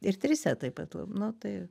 ir tryse taip pat nu tai